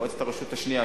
מועצת הרשות השנייה,